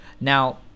Now